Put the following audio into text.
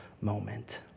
moment